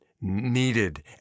needed